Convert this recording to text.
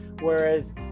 whereas